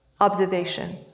observation